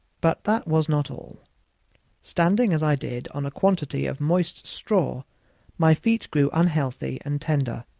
but that was not all standing as i did on a quantity of moist straw my feet grew unhealthy and tender,